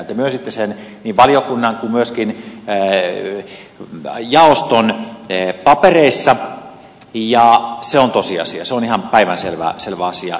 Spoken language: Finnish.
te myönsitte sen niin valiokunnan kuin myöskin jaoston papereissa ja se on tosiasia se on ihan päivänselvä asia